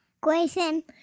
Grayson